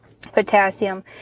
potassium